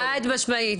חד משמעית,